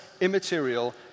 immaterial